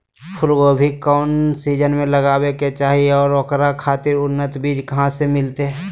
फूलगोभी कौन सीजन में लगावे के चाही और ओकरा खातिर उन्नत बिज कहा से मिलते?